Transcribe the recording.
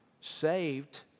saved